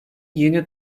yeni